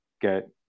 get